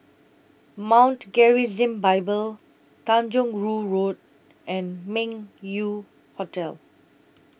Mount Gerizim Bible Tanjong Rhu Road and Meng Yew Hotel